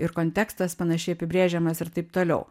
ir kontekstas panašiai apibrėžiamas ir taip toliau